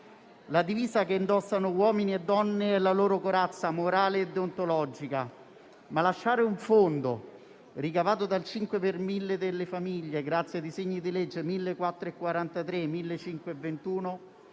La divisa che indossano questi uomini e queste donne è la loro corazza morale e deontologica, ma lasciare un fondo, ricavato dal 5 per mille destinato alle famiglie grazie ai disegni di legge nn. 1443 e 1521,